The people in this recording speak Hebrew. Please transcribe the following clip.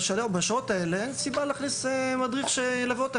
בשעות האלה אין סיבה להכניס מדריך שיילווה אותם.